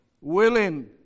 willing